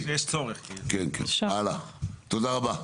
תודה רבה.